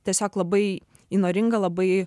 tiesiog labai įnoringa labai